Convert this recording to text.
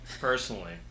Personally